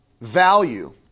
value